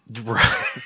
Right